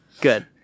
Good